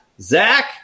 Zach